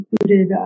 included